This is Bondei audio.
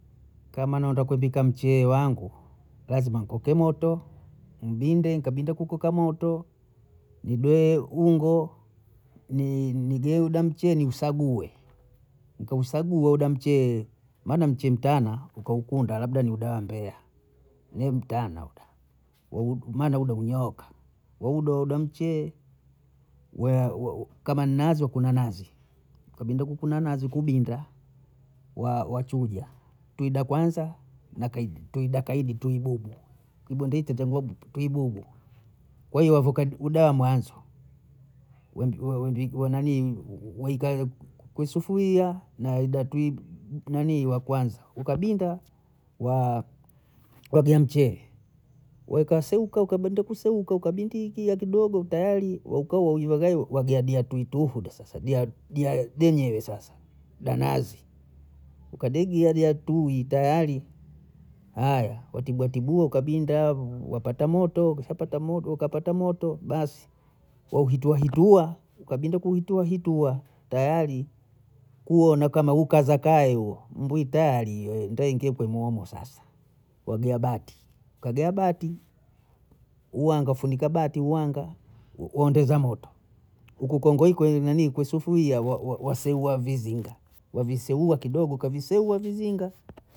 Kama naenda kupika mcheye wangu lazima nkoke moto nibinde nikabinda kukoka moto, nibwee ungo nigeuda mcheye niusague, nikausagua uda mcheye maana mcheye mtana ukaukunda labda ni uba wa Mbeya ne mtana uda maana uda umenyooka waudodo mcheye, wa- kama ni nani kuna nazi kabinde kukuna nazi kubinda wa- wachuja tui da kwanza na tui da kaidi tui bubu, kibondei chachagua tui bubu, kwa hiyo wavokadi uda wa mwanzo, waika kuisufulia na waida twi nanii wa kwanza, ukabinda wa- wogea mcheye, we ukaesuka ukabinde kuseuka ukabindikia kidogo tayari wakauya yuwagaiwa wagia dia tuitu huda sasa dia dia denyewe sasa da nazi ukadigia dia tui tayari, aya watibua tibua ukabinda wapata moto ukisha pata moto ukapata moto basi, wahituahitua ukabinda kuhituahitua tayari kuyona ka huyu kazakaye uyu mbuyi tayari iyo ndo waingie kumwomo sasa. wagia bati kagia bati, uwanga funika bati uwanga ondeza moto huku kongoi kweye nanii kwenye sufuiya wa- waseua vizinga waviseua kidogo kaviseua vizinga